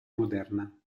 moderna